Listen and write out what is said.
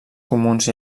comuns